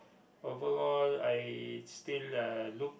overall I still uh look